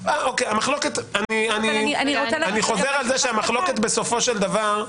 אני חוזר על זה שהמחלוקת בסופו של דבר,